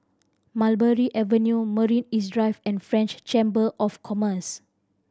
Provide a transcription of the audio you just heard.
Mulberry Avenue Marina East Drive and French Chamber of Commerce